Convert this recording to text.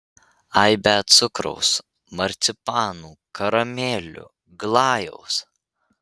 aibę cukraus marcipanų karamelių glajaus